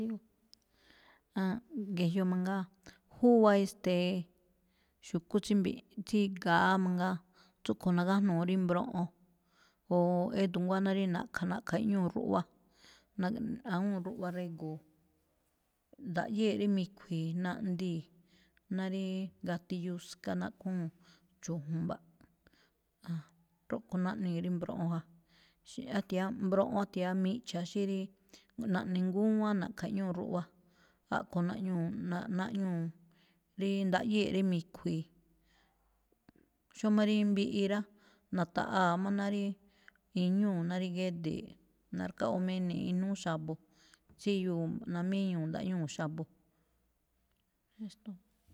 Ge̱jyo mangaa júwa, e̱ste̱e̱, xu̱kú tsí mbiꞌ-tsí ga̱á mangaa, tsúꞌkho̱ nagájnuu rí mbroꞌon o édo nguáná rí na̱ꞌkha̱, na̱ꞌkha̱ iꞌñúu ruꞌwa, na- awúun ruꞌwa rego̱o̱, ndaꞌyée̱ rí mi̱khui̱i̱, naꞌndii̱ ná rí gati yuska, naꞌkhúu̱n chu̱jmba̱ꞌ, rúꞌkho̱ naꞌnii̱ rí mbroꞌon ja. Xí-á thia̱á mbroꞌo, á thia̱á miꞌcha̱, xí rí naꞌne ngúwán, na̱ꞌkha̱ iꞌñúu ruꞌwa, a̱ꞌkho̱ naꞌñuu̱ naꞌ-naꞌñuu̱ rí ndaꞌyée̱ rí mi̱khui̱i̱. Xómá rí mbiꞌi rá, na̱ta̱ꞌaa̱ má ná rí iñúu̱ ná rí géde̱e̱ꞌ, narkaꞌ ine̱e̱ꞌ inúú xa̱bo̱, tsíyoo̱ namíñuu̱ ndaꞌñúu̱ xa̱bo̱.